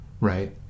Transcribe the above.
right